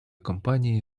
компанії